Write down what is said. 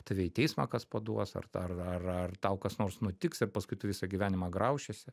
tave į teismą kas paduos ar ar ar tau kas nors nutiks ir paskui tu visą gyvenimą graušiesi